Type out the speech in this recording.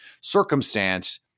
circumstance